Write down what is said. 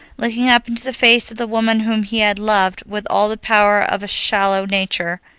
looking up into the face of the woman whom he had loved with all the power of a shallow nature.